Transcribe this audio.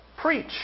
preach